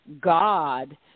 God